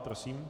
Prosím.